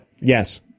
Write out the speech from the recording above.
Yes